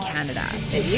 Canada